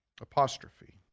Apostrophe